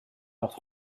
heures